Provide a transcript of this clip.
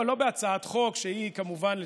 לא, לא בהצעת חוק, שהיא כמובן לצורך,